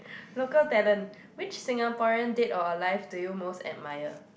local talent which Singaporean dead or alive do you most admire